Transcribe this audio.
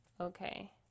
okay